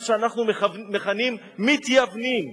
מה שאנחנו מכנים "מתייוונים":